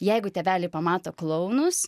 jeigu tėveliai pamato klounus